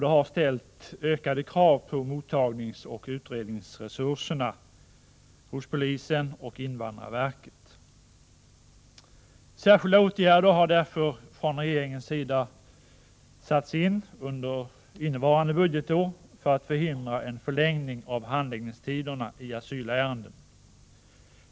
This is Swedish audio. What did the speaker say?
Detta har ställt ökade krav på mottagningsoch utredningsresurserna hos polisen och invandrarverket. Särskilda åtgärder har därför satts in från regeringens sida under innevarande budgetår för att förhindra en förlängning av handläggningstiderna i asylärenden.